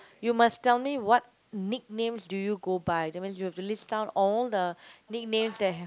you must tell me what nicknames do you go by that mean you have to list down all the nicknames that have